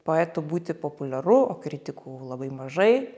poetu būti populiaru o kritikų labai mažai